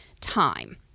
time